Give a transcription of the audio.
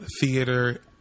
Theater